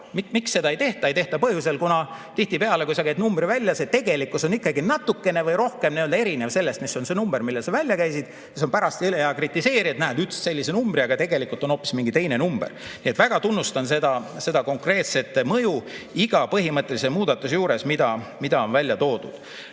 Miks seda ei tehta? Ei tehta põhjusel, et kuna tihtipeale, kui sa käid numbri välja, on see tegelikkus ikkagi natukene või rohkem erinev sellest, mis on see number, mille sa välja käisid. Ja siis on pärast hea kritiseerida, et näed, ütlesid sellise numbri, aga tegelikult on hoopis mingi teine number. Nii et ma väga tunnustan seda konkreetset mõju iga põhimõttelise muudatuse juures, mis on välja toodud. Veel